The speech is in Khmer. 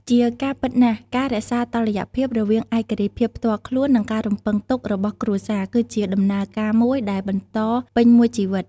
ជាការពិតណាស់ ការរក្សាតុល្យភាពរវាងឯករាជ្យភាពផ្ទាល់ខ្លួន និងការរំពឹងទុករបស់គ្រួសារ គឺជាដំណើរការមួយដែលបន្តពេញមួយជីវិត។